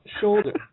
shoulder